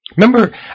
Remember